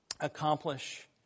Accomplish